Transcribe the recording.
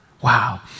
Wow